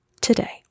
today